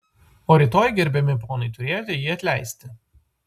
o rytoj gerbiami ponai turėjote jį atleisti